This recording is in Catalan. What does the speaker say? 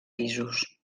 pisos